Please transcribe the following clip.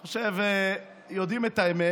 אני חושב, יודעים את האמת.